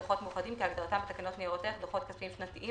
"דוחות מאוחדים" כהגדרתם בתקנות ניירות ערך (דוחות כספיים שנתיים),